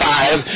Five